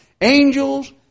angels